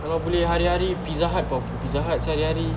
kalau boleh hari-hari Pizza Hut pun Pizza Hut sia hari-hari